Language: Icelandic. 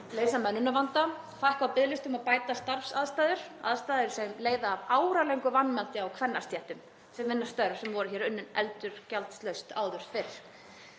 leysa mönnunarvanda, fækka á biðlistum og bæta starfsaðstæður, aðstæður sem leiða af áralöngu vanmati á kvennastéttum sem vinna störf sem voru unnin endurgjaldslaust áður fyrr.